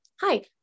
hi